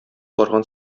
барган